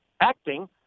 acting